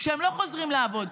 שהם לא חוזרים לעבוד,